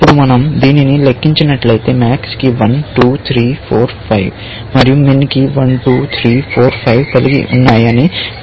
ఇప్పుడు మనం దీనిని లెక్కించినట్లయితే MAX కి 1 2 3 4 5 మరియు MIN 1 2 3 4 5 కలిగి ఉన్నాయని మీరు చూస్తారు